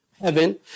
heaven